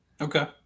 Okay